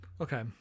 Okay